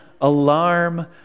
alarm